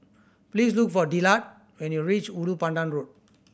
please look for Dillard when you reach Ulu Pandan Road